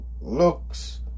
looks